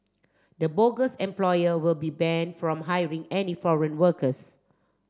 the bogus employer will be banned from hiring any foreign workers